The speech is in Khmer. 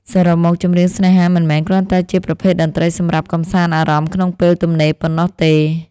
សរុបមក ចម្រៀងស្នេហា មិនមែនគ្រាន់តែជាប្រភេទតន្ត្រីសម្រាប់កម្សាន្តអារម្មណ៍ក្នុងពេលទំនេរប៉ុណ្ណោះទេ